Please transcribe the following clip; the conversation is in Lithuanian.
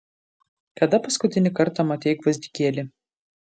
kada paskutinį kartą matei gvazdikėlį